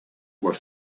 were